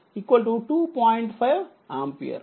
కాబట్టిiy2